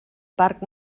parc